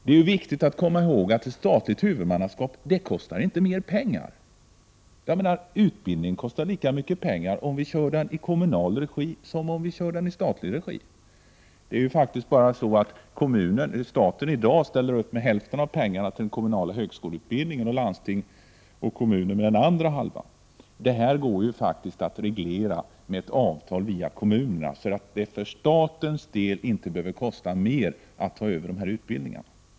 Det är viktigt att komma ihåg att ett statligt huvudmannaskap inte kostar mer pengar än ett kommunalt. Utbildning kostar ju lika mycket pengar vare sig den drivs i kommunal eller statlig regi. I dag ställer staten upp med hälften av pengarna till den kommunala högskoleutbildningen, medan landsting och kommun svarar för den andra hälftan. Detta går faktiskt att reglera med ett avtal via kommunerna, för att det för statens del inte skall behöva kosta mera att ta över dessa utbildningar.